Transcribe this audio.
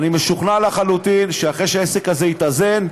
אני משוכנע לחלוטין שאחרי שהעסק הזה יתאזן,